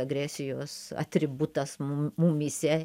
agresijos atributas mum mumyse